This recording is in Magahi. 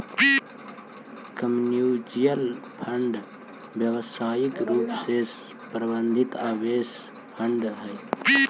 म्यूच्यूअल फंड व्यावसायिक रूप से प्रबंधित निवेश फंड हई